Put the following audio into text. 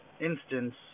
instance